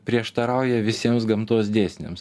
prieštarauja visiems gamtos dėsniams